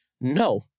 No